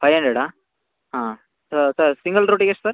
five ಅಂಡ್ರೆಡಾ ಹಾಂ single ರೋಟಿಗೆ ಎಷ್ಟು ಸರ್